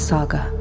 Saga